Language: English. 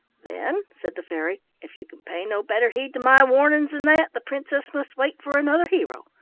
then, said the fairy, if you can pay no better heed to my warnings than that, the princess must wait for another hero,